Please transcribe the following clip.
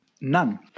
None